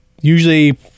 Usually